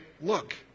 look